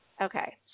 Okay